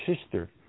sister